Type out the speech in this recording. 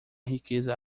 riqueza